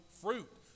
fruit